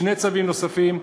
שני צווים נוספים,